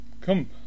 Come